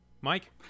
Mike